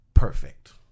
Perfect